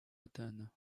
athènes